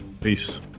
Peace